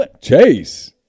Chase